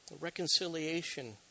Reconciliation